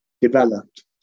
developed